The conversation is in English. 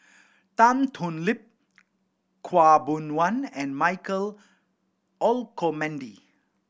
Tan Thoon Lip Khaw Boon Wan and Michael Olcomendy